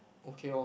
okay lor